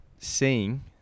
seeing